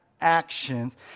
actions